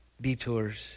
Detours